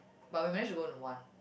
but we managed to go on one